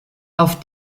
auf